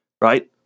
right